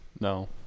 No